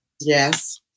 Yes